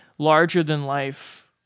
larger-than-life